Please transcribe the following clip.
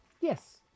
Yes